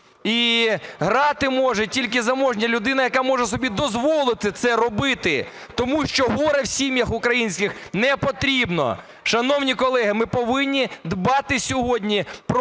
І грати може тільки заможна людина, яка може собі дозволити собі це робити, тому що горе в сім'ях українських непотрібне. Шановні колеги, ми повинні дбати сьогодні